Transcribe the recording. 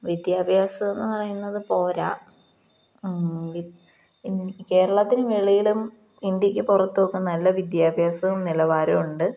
വിദ്യാഭ്യാസം എന്നു പറയുന്നതു പോരാ കേരളത്തിനു വെളിയിലും ഇന്ത്യക്കു പുറത്തുമൊക്കെ നല്ല വിദ്യാഭ്യാസവും നിലവാരവുമുണ്ട്